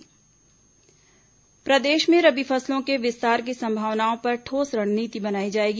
रबी फसल प्रदेश में रबी फसलों के विस्तार की संभावनाओं पर ठोस रणनीति बनाई जाएगी